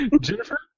Jennifer